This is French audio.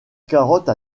carotte